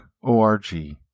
org